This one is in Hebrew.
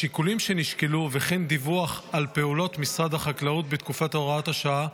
השיקולים שנשקלו וכן דיווח על פעולות משרד החקלאות בתקופת הוראת השעה,